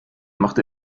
machte